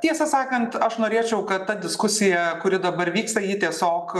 tiesą sakant aš norėčiau kad ta diskusija kuri dabar vyksta ji tiesiog